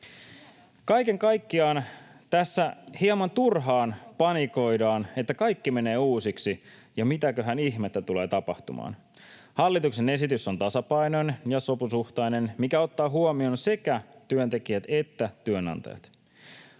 Kaiken kaikkiaan tässä hieman turhaan panikoidaan, että kaikki menee uusiksi ja mitäköhän ihmettä tulee tapahtumaan. Hallituksen esitys on tasapainoinen ja sopusuhtainen ja ottaa huomioon sekä työntekijät että työnantajat.